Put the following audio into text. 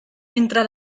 mentre